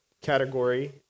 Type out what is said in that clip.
category